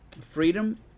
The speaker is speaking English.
freedom